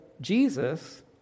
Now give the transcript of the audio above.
Jesus